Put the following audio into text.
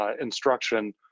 instruction